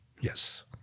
Yes